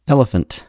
Elephant